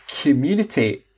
community